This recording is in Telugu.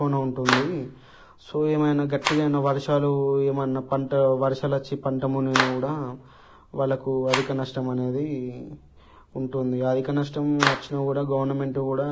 తక్కువనే ఉంటుంది సో ఏమైనా గట్టిగా అయినా వర్షాలు ఏమన్నా పంట వర్షాలు వచ్చి పంట మునిగినా కూడా వాళ్ళకు అధిక నష్టం అనేది ఉంటుంది అధిక నష్టం వచ్చిన కూడా గవర్నమెంట్ కూడా